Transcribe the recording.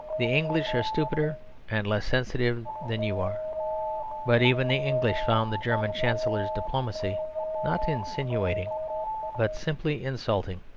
the english are stupider and less sensitive than you are but even the english found the german chancellor's diplomacy not insinuating but simply insulting